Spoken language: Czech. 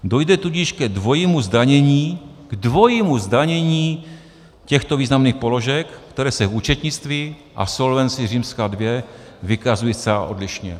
Dojde tudíž ke dvojímu zdanění, ke dvojímu zdanění těchto významných položek, které se v účetnictví a Solvency II vykazují zcela odlišně.